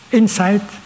insight